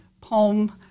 poem